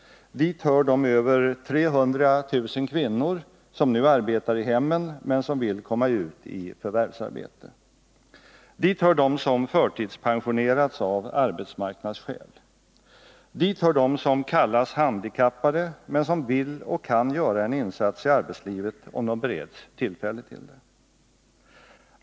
Dit hör de över 300 000 kvinnor som nu arbetar i hemmen, men som vill komma ut i förvärvsarbete. Dit hör de som förtidspensionerats av arbetsmarknadsskäl. Dit hör de som kallas handikappade, men som vill och kan göra en insats i arbetslivet om de bereds tillfälle till det.